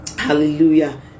hallelujah